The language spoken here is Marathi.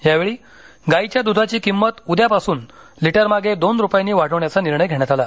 यावेळी गायीच्या द्धाची किंमत उद्यापासून लिटरमागे दोन रुपयांनी वाढवण्याचा निर्णय घेण्यात आला